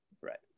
right